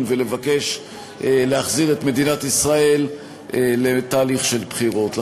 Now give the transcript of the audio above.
ולבקש להחזיר את מדינת ישראל לתהליך של בחירות.